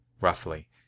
roughly